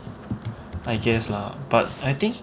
I guess lah but I think